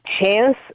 chance